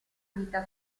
vita